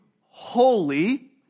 holy